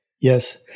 Yes